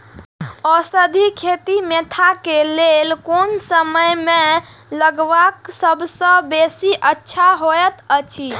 औषधि खेती मेंथा के लेल कोन समय में लगवाक सबसँ बेसी अच्छा होयत अछि?